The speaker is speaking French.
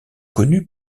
connu